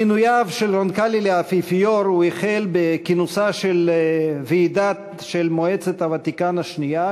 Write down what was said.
עם מינויו של רונקלי לאפיפיור הוא החל בכינוסה של ועידת הוותיקן השנייה,